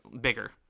bigger